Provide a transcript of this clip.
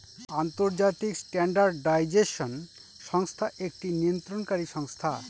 আন্তর্জাতিক স্ট্যান্ডার্ডাইজেশন সংস্থা একটি নিয়ন্ত্রণকারী সংস্থা